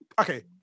okay